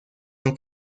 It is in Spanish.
han